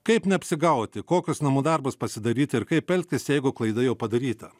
kaip neapsigauti kokius namų darbus pasidaryti ir kaip elgtis jeigu klaida jau padaryta